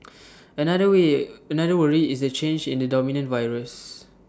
another way another worry is the change in the dominant virus